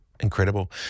Incredible